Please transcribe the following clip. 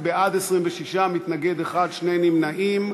בעד, 26, מתנגד אחד, שני נמנעים.